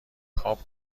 پاپ